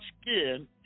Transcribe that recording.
skin